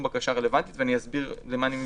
בקשה רלוונטית ואני אסביר למה אני מתכוון.